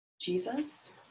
Jesus